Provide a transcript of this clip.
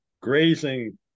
grazing